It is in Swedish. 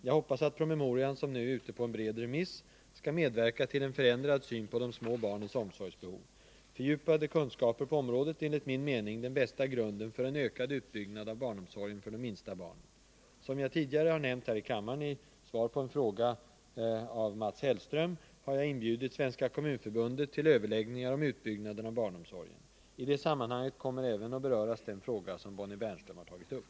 Jag hoppas att promemorian — som nu är ute på en bred remiss — skall medverka till en förändrad syn på de små barnens omsorgsbehov. Fördjupade kunskaper på området är enligt min mening den bästa grunden för en ökad utbyggnad av barnomsorgen för de minsta barnen. Som jag tidigare nämnt här i kammaren i anslutning till en fråga av Mats Hellström har jag inbjudit Svenska kommunförbundet till överläggningar om utbyggnaden av barnomsorgen. I det sammanhanget kommer även att beröras den fråga som Bonnie Bernström har tagit upp.